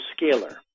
scalar